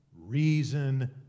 reason